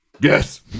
Yes